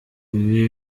ibi